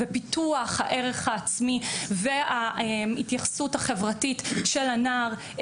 פיתוח הערך העצמי והתפיסה החברתית של הנער.